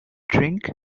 drink